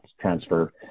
transfer